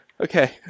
okay